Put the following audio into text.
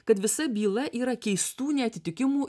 kad visa byla yra keistų neatitikimų